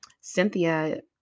Cynthia